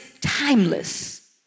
timeless